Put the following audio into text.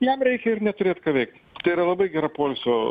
jam reikia ir neturėt ką veikt tai yra labai gera poilsio